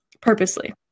purposely